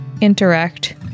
interact